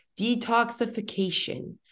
Detoxification